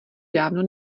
dávno